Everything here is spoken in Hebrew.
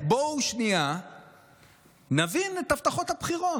בואו שנייה נבין את הבטחות הבחירות,